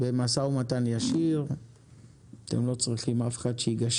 במידה ומתנהלים כראוי אבל בפעם הקודמת לא התנהלו כראוי.